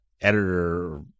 editor